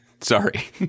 sorry